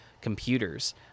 computers